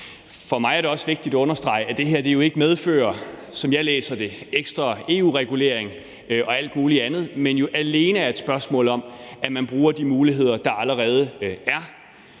For mig er det også vigtigt at understrege, at det her ikke, sådan som jeg læser det, medfører ekstra EU-regulering og alt muligt andet, men jo alene er et spørgsmål om, at man bruger de muligheder, der allerede er.